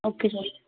okay sir